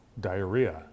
diarrhea